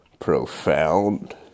profound